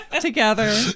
Together